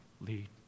lead